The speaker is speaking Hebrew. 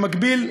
במקביל,